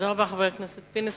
תודה רבה, חבר הכנסת פינס.